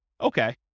Okay